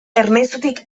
ernaizutik